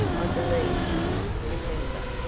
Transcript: i believe she used to remember,